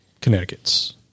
Connecticut's